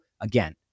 again